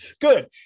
Good